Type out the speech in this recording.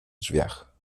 drzwiach